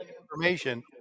information